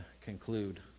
conclude